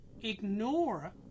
ignore